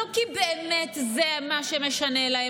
לא כי באמת זה מה שמשנה לה,